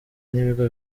n’ibigo